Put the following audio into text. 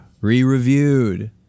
Re-reviewed